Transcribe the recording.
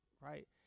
right